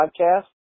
Podcast